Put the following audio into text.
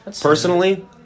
Personally